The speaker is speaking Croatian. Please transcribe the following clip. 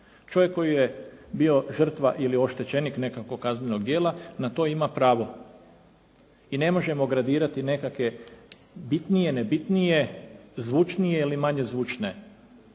Čovjek koji je bio žrtva ili oštećenik nekakvog kaznenog djela na to ima pravo i ne možemo gradirati nekakve bitnije, nebitnije, zvučnije ili manje zvučne